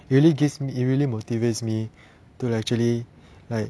it really gives me really motivates me to actually like